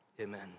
amen